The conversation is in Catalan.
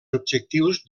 objectius